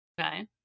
okay